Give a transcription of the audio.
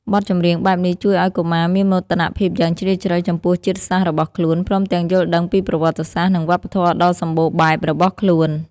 បទចម្រៀងបែបនេះជួយឲ្យកុមារមានមោទនភាពយ៉ាងជ្រាលជ្រៅចំពោះជាតិសាសន៍របស់ខ្លួន ព្រមទាំងយល់ដឹងពីប្រវត្តិសាស្ត្រ និងវប្បធម៌ដ៏សម្បូរបែបរបស់ខ្លួន។